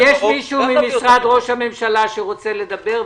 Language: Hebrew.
יש מישהו ממשרד ראש הממשלה שרוצה לדבר.